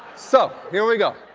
so, here we go,